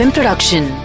Production